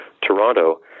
Toronto